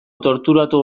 torturatu